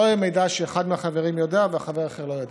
לא יהיה מידע שאחד מהחברים יודע וחבר אחר לא יודע.